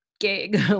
Gig